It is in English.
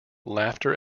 laughter